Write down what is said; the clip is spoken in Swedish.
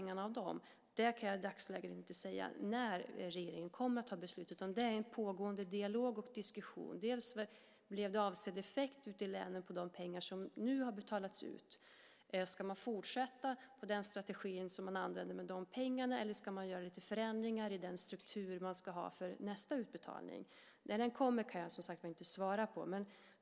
Jag kan i dagsläget inte säga när regeringen kommer att fatta beslut om de resterande pengarna, utan det sker en pågående dialog och diskussion. Gav de pengar som nu har betalats ut avsedd effekt ute i länen? Ska man fortsätta på den strategi som användes med de pengarna eller ska man göra lite förändringar i strukturen inför nästa utbetalning? När den utbetalningen sker kan jag, som sagt, inte svara på nu.